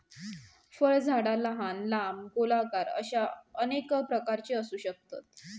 फळझाडा लहान, लांब, गोलाकार अश्या अनेक प्रकारची असू शकतत